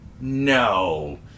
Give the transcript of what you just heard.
No